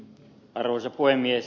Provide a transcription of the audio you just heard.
arvoisa puhemies